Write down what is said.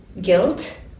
guilt